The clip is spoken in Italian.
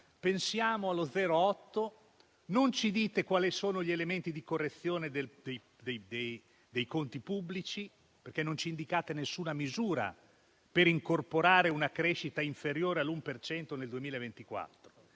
pensate allo 0,8. Non dite quali sono gli elementi di correzione dei conti pubblici. Non indicate nessuna misura per incorporare una crescita inferiore all'1 per cento